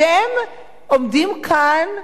אתם עומדים כאן,